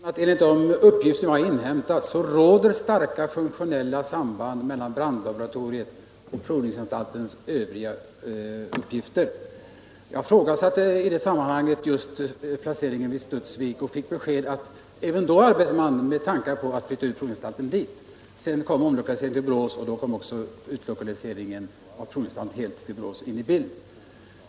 Herr talman! Jag vill bara konstatera att enligt de uppgifter som jag har inhämtat råder starka funktionella samband mellan brandlaboratoriet och provningsanstaltens övriga uppgifter. Jag ifrågasatte i det sammanhanget just placeringen vid Studsvik och fick beskedet att man även då hade tankar på att flytta ut provningsanstalten dit. Sedan kom utlokaliseringen till Borås av provningsanstalten i sin helhet in i bilden.